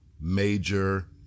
major